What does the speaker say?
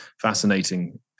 fascinating